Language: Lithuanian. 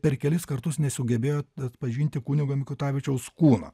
per kelis kartus nesugebėjo atpažinti kunigo mikutavičiaus kūno